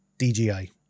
DJI